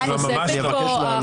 את חושפת פה.